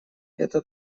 это